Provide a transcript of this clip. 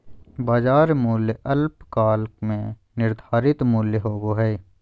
बाजार मूल्य अल्पकाल में निर्धारित मूल्य होबो हइ